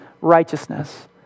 righteousness